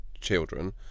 children